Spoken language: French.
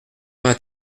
vingt